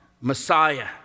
messiah